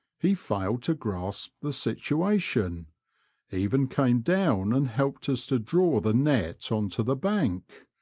he failed to grasp the situation a even came down and helped us to draw the net on to the bank.